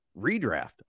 redraft